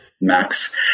max